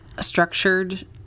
structured